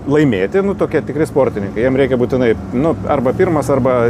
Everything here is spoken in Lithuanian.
laimėti tokie tikrai sportininkai jiem reikia būtinai nu arba pirmas arba